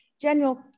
general